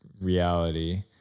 reality